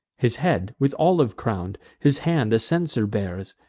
his head with olive crown'd, his hand a censer bears,